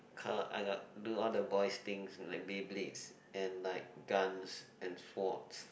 I got do all the boys' things like Beyblades and like guns and forts